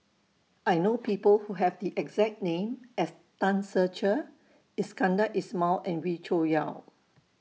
I know People Who Have The exact name as Tan Ser Cher Iskandar Ismail and Wee Cho Yaw